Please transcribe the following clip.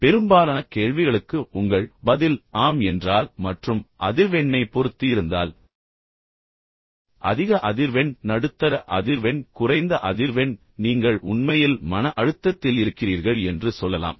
பெரும்பாலான கேள்விகளுக்கு உங்கள் பதில் ஆம் என்றால் மற்றும் அதிர்வெண்ணைப் பொறுத்து இருந்தால் அதிக அதிர்வெண் நடுத்தர அதிர்வெண் குறைந்த அதிர்வெண் நீங்கள் உண்மையில் மன அழுத்தத்தில் இருக்கிறீர்கள் என்று சொல்லலாம்